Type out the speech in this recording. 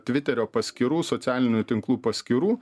tviterio paskyrų socialinių tinklų paskyrų